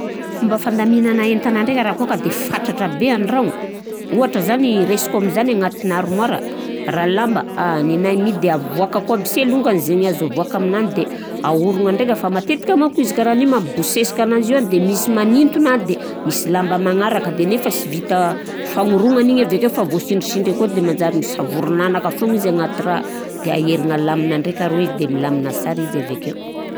Fomba fandaminana entana ndraika raha kô ka be fatratra be an-dragno, ohatra zany raisiko am'zany agnatina armoire, raha lamba nenay mi- de avoakako aby se longany zay ny azo avoaka aminany de ahoragna ndraika fa matetika manko izy karan'io mampibosesika ananzy io an de misy manintona de misy lamba magnaraka de nefa sy vita fagnorognan'igny avekeo fa voasindrisindry akao de manjary misavorinanaka foana izy agnaty raha de aherigna alamina ndraika rô izy de milamina sara izy avekeo.